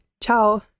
Ciao